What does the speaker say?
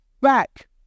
back